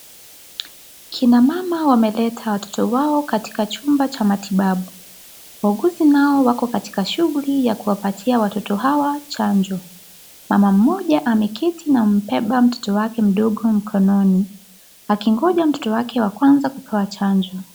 Kina mama wameleta watoto wao katika chumba cha matibabu. Wauguzi hao wako katika shughuli ya kuwapatia watoto hawa chanjo. Mama mmoja ameketi na kumbeba mtoto wake mdogo mkononi akingoja mtoto wake wa kwanza kupewa chanjo.